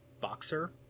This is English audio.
Boxer